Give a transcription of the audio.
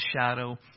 shadow